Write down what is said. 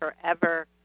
forever